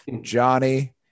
Johnny